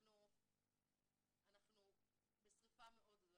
אנחנו בשריפה מאוד גדולה.